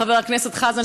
חבר הכנסת חזן,